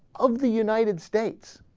of the united states